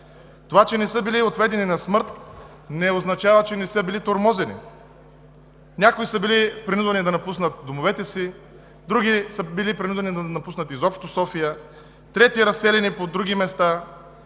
Това, че не са били отведени на смърт, не означава, че не са били тормозени. Някои са били принудени да напуснат домовете си, други са били принудени да напуснат изобщо София, трети –разселени по други места,